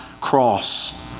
cross